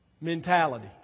mentality